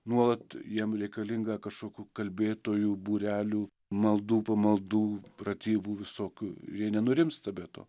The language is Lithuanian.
nuolat jiem reikalinga kažkokių kalbėtojų būrelių maldų pamaldų pratybų visokių jie nurimsta be to